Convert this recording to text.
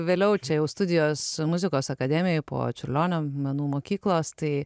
vėliau čia jau studijos muzikos akademijoj po čiurlionio menų mokyklos tai